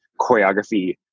choreography